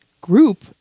group